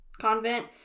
convent